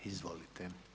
Izvolite.